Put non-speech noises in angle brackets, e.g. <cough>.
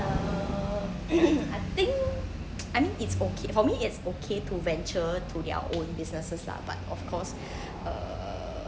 uh <coughs> I think I mean it's okay for me it's okay for them to venture to their own businesses lah but of course uh